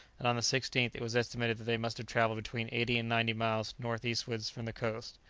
and on the sixteenth it was estimated that they must have travelled between eighty and ninety miles north-eastwards from the coast.